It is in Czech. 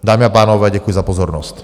Dámy a pánové, děkuji za pozornost.